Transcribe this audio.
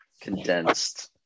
condensed